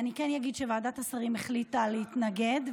אני כן אגיד שוועדת השרים החליטה להתנגד,